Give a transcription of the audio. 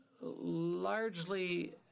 largely